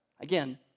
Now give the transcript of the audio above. Again